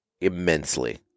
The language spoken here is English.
immensely